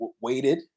waited